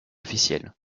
officiels